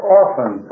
often